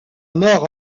mort